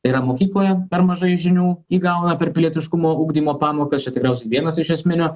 yra mokykloje per mažai žinių įgauna per pilietiškumo ugdymo pamokas čia tikriausiai vienas iš esminių